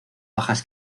bajas